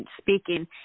speaking